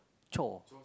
chore